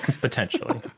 Potentially